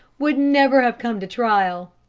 would never have come to trial.